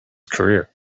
career